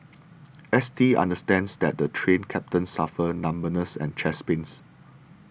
S T understands that the Train Captain suffered numbness and chest pains